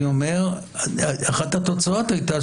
אני אומר שאחת התוצאות הייתה,